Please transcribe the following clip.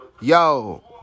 yo